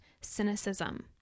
cynicism